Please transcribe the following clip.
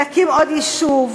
נקים עוד יישוב,